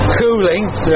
Cooling